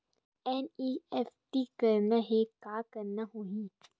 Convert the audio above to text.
NEFT करना हे का करना होही?